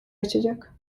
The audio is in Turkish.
açacak